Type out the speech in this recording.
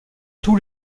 tous